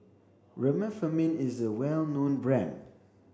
Remifemin is a well known brand